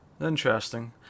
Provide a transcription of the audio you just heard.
Interesting